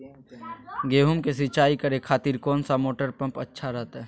गेहूं के सिंचाई करे खातिर कौन सा मोटर पंप अच्छा रहतय?